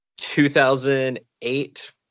2008